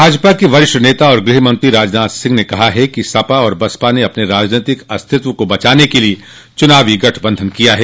भाजपा के वरिष्ठ नेता और गृहमंत्री राजनाथ सिंह ने कहा है कि सपा और बसपा ने अपने राजनीतिक अस्तित्व को बचाने के लिये चुनावी गठबंधन किया है